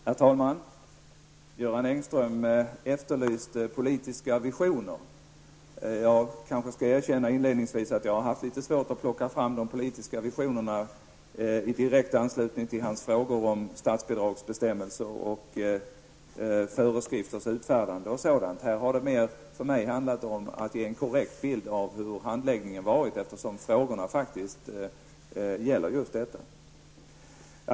Herr talman! Göran Engström efterlyste politiska visioner. Jag kanske skall erkänna inledningsvis att jag har haft lite svårt att plocka fram de politiska visionerna i direkt anslutning till hans frågor om statsbidragsbestämmelser och föreskrifters utfärdande. Där har det mer handlat om att ge en korrekt bild av hur handläggningen varit, eftersom frågorna faktiskt gällde detta.